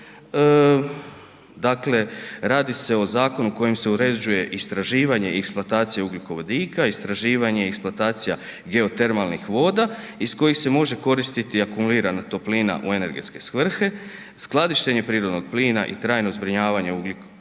dakle radi se o zakonu kojim se uređuje istraživanje i eksploatacija ugljikovodika, istraživanje i eksploatacija geotermalnih voda iz kojih se može koristiti akumulirana toplina u energetske svrhe, skladištenje prirodnog plina i trajno zbrinjavanje ugljikovog